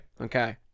okay